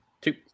Two